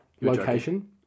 Location